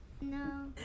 No